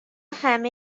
همهی